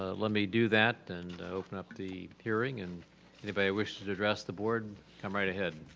ah let me do that and open up the hearing and anybody wish to to address the board, come right ahead.